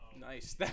Nice